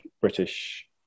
British